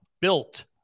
built